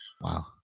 Wow